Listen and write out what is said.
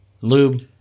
lube